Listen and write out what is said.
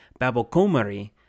Babocomari